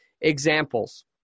examples